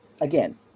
again